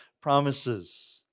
promises